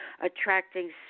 attracting